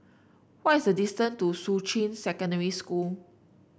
what is the distant to Shuqun Secondary School